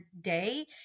day